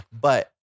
But-